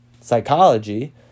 psychology